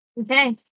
Okay